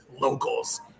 locals